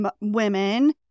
women